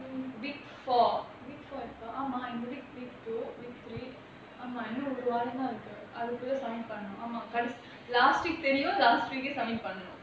mm week four week four and fi~ oh ah mah week two week three ஆமா:aamaa last week தெரியும்:teriyum last week submit பண்ணனும்:pannanum